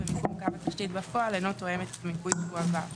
ומיקום קו התשתית בפועל אינו תואם את המיפוי שהועבר;